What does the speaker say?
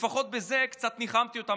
לפחות בזה קצת ניחמתי אותם,